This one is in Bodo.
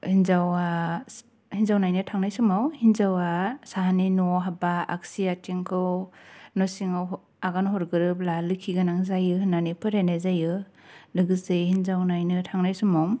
हिन्जाव नायनो थांनाय समाव हिन्जावा साहानि न'आव हाब्बा आगसि आथिंखौ न' सिङाव आगान हरगोरोबा लोखि गोनां जायो होन्नानै फोथायनाय जायो लोगोसे हिन्जाव नायनो थांनाय समाव